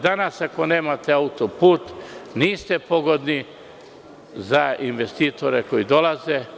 Danas ako nemate autoput niste pogodni za investitore koji dolaze.